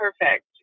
perfect